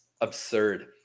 absurd